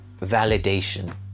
validation